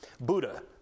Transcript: Buddha